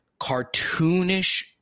cartoonish